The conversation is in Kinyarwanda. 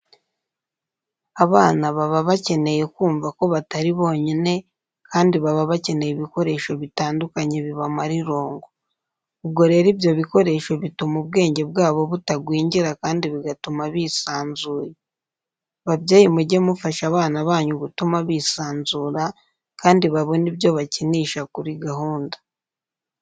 Abana baba bakeneye kumva ko batari bonyine kandi baba bakeneye ibikoresho bitandukanye bibamara irungu. Ubwo rero ibyo bikoresho bituma ubwenge bwabo butagwingira kandi bigatuma bisanzuye. Babyeyi mujye mufasha abana banyu gutuma bisanzura kandi babone ibyo bakinisha kuri gahunda.